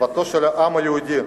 שפתו של העם היהודי,